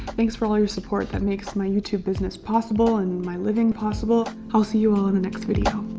thanks for all your support that makes my youtube business possible and my living possible i'll see you all in the next video.